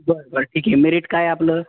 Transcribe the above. बरं बरं ठीक आहे मिरीट काय आपलं